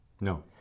No